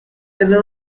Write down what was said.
tener